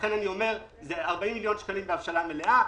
מדובר על 40 מיליון שקלים בהבשלה מלאה.